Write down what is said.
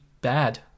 bad